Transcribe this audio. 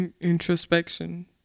Introspection